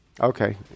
okay